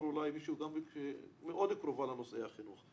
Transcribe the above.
אולי מישהי שמאוד קרובה לנושאי החינוך,